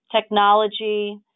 technology